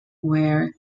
where